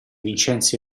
vincenzi